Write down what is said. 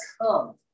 come